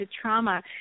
trauma